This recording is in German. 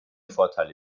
vorteile